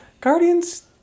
Guardians